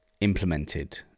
implemented